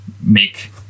make